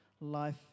life